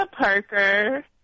Parker